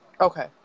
okay